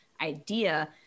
idea